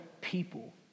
people